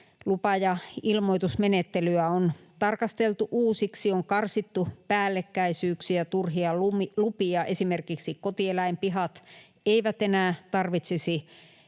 lupa- ja ilmoitusmenettelyä on tarkasteltu uusiksi, on karsittu päällekkäisyyksiä ja turhia lupia. Esimerkiksi kotieläinpihat eivät enää tarvitsisi